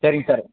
சரிங்க சார்